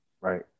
Right